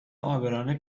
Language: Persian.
عابران